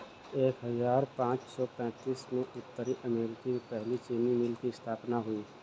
एक हजार पाँच सौ पैतीस में उत्तरी अमेरिकी में पहली चीनी मिल की स्थापना हुई